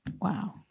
Wow